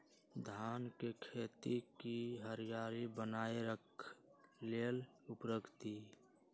धान के खेती की हरियाली बनाय रख लेल उवर्रक दी?